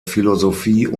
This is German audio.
philosophie